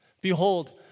Behold